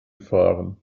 fahren